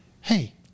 hey